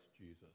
Jesus